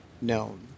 known